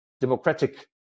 democratic